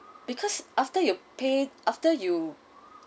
because after you pay after you